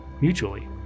mutually